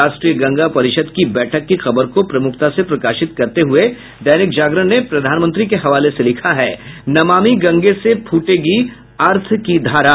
राष्ट्रीय गंगा परिषद की बैठक की खबर को प्रमुखता से प्रकाशित करते हुये दैनिक जागरण ने प्रधानमंत्री के हवाले से लिखा है नमामि गंगे से फूटेगी अर्थ की धारा